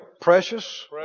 Precious